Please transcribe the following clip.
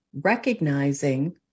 recognizing